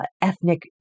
ethnic